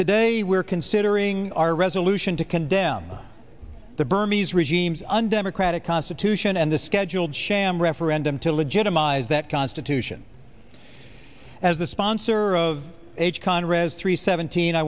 today we are considering our resolution to condemn the burmese regimes undemocratic constitution and the scheduled sham referendum to legitimize that constitution as a sponsor of h conrad three seventeen i